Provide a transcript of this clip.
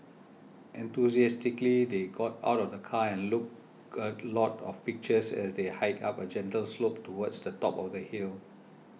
enthusiastically they got out of the car look a lot of pictures as they hiked up a gentle slope towards the top of the hill